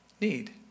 need